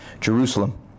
Jerusalem